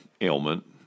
ailment